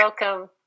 welcome